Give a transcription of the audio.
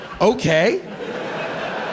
okay